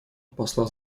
посла